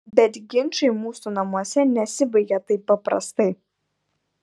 bet ginčai mūsų namuose nesibaigia taip paprastai